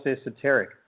esoteric